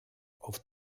auf